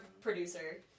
producer